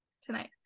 Tonight